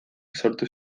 sortu